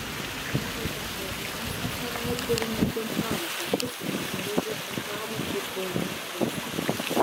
vytautas černiauskas savaitgalį netriumfavo kartu su panevėžio ekrano futbolininkais